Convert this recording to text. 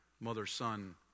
Mother-son